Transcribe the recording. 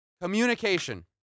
Communication